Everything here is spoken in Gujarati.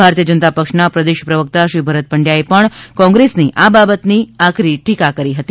ભારતીય જનતા પક્ષના પ્રદેશ પ્રવકતા શ્રી ભારત પંડ્યા એ પણ કોંગ્રેસની આ બાબતે આકરી ટીકા કરી છે